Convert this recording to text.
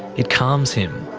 it calms him.